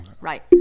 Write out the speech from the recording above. right